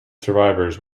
survivors